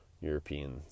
European